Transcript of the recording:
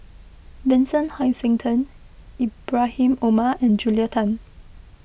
Vincent Hoisington Ibrahim Omar and Julia Tan